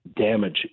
damage